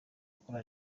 gukora